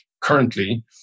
currently